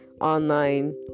online